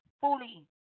Fully